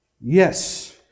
Yes